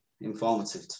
informative